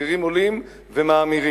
המחירים עולים ומאמירים.